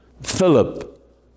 Philip